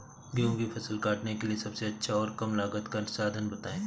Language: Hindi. गेहूँ की फसल काटने के लिए सबसे अच्छा और कम लागत का साधन बताएं?